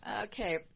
Okay